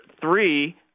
three